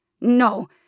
No